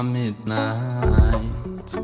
midnight